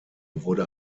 wurde